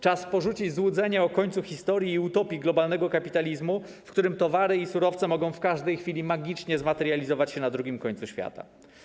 Czas porzucić złudzenie o końcu historii i utopii globalnego kapitalizmu, w którym towary i surowce mogą w każdej chwili magicznie zmaterializować się na drugim końcu świata.